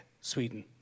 Sweden